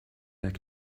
back